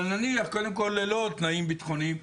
אבל נניח קודם כול ללא תנאים ביטחוניים.